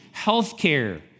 healthcare